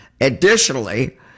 Additionally